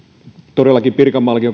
todellakin pirkanmaallakin